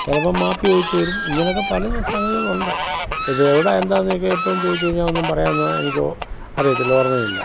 ചിലപ്പം മാപ്പ് ചോദിച്ചു വരും ഇങ്ങനെയൊക്കെ പല സംഗതികളുണ്ട് ഇത് എവിടെയാണ് എന്താണെന്നൊക്കെ എപ്പോഴും ചോദിച്ചു കഴിഞ്ഞാൽ ഒന്നും പറയാനൊന്നും എനിക്ക് അറിയത്തില്ല ഓർമ്മയും ഇല്ല